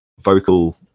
vocal